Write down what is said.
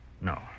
No